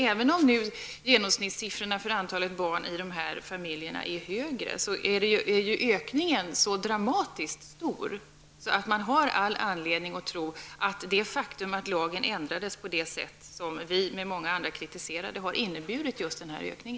Även om genomsnittssiffrorna för antalet barn i de berörda familjerna är högre, är ökningen så dramatiskt stor att man har all anledning att tro att det faktum att lagen ändrades på det sätt som vi med många andra har kritiserat har föranlett denna ökning.